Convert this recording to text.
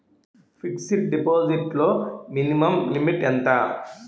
Fixed deposit లో minimum limit ఎంత?